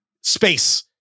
Space